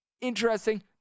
interesting